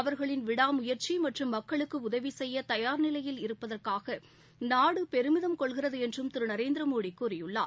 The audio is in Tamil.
அவர்களின் விடா முயற்சி மற்றும் மக்களுக்கு உதவி செய்ய தயாா் நிலையில் இருப்பதற்காக நாடு பெருமிதம் கொள்கிறது என்றும் திரு நரேந்திரமோடி கூறியுள்ளார்